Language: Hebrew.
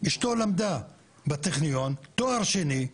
אשתו למדה בטכניון תואר שני,